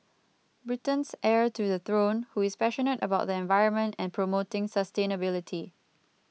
Britain's heir to the throne who is passionate about the environment and promoting sustainability